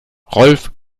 rolf